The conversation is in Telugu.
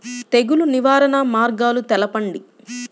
తెగులు నివారణ మార్గాలు తెలపండి?